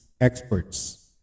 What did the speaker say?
experts